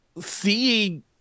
Seeing